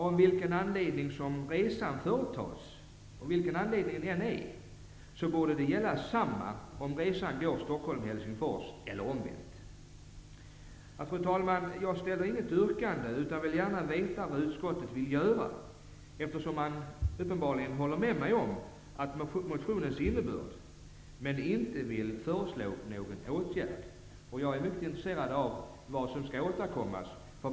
Av vilken anledning man än företar en resa borde detsamma gälla om resan går Stockholm-- Fru talman! Jag har inget yrkande. Jag vill i stället gärna veta vad utskottet vill göra. Man håller uppenbarligen med mig om motionens innebörd, men man vill inte föreslå någon åtgärd. Jag är mycket intresserad av vad man avser att återkomma med.